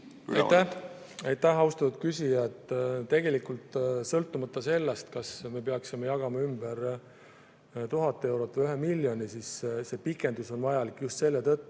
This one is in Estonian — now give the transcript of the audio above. Aitäh, austatud küsija! Tegelikult sõltumata sellest, kas me peaksime jagama ümber 1000 eurot või 1 miljoni, on see pikendus vajalik just selle tõttu,